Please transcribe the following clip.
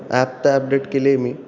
app त्या update केले आहे मी